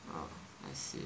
uh I see